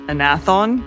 Anathon